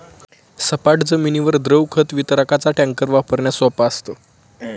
सपाट जमिनीवर द्रव खत वितरकाचा टँकर वापरण्यास सोपा असतो